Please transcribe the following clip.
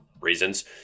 reasons